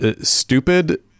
stupid